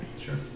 Sure